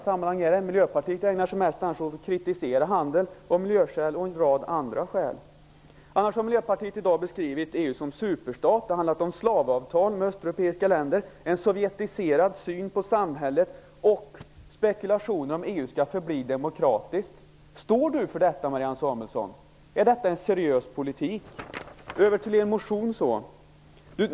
Miljöpartiet ägnar sig annars mest åt att av miljöskäl och en rad andra skäl kritisera handeln. Annars har Miljöpartiet i dag beskrivit EU som en superstat. Det har handlat om slavavtal med östeuropeiska länder, en sovjetiserad syn på samhället och spekulationer om EU skall förbli demokratiskt. Står Marianne Samuelsson för detta? Är det en seriös politik? Så över till Miljöpartiets motion.